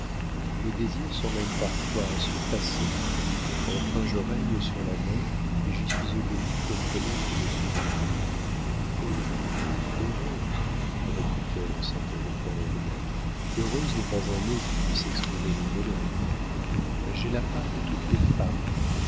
mes désirs sont même parfois surpassés enfin je règne sur la mer et j'y suis obéie comme peut l'être une souveraine oh heureuse reprit-elle en s'interrompant elle-même heureuse n'est pas un mot qui puisse exprimer mon bonheur j'ai la part de toutes les femmes